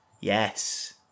yes